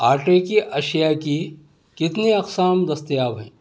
آٹے کی اشیاء کی کتنی اقسام دستیاب ہیں